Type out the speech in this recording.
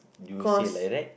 do you say like that